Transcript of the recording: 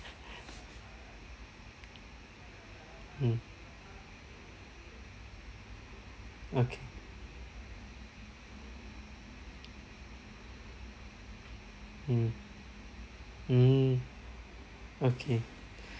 mm okay mm mm okay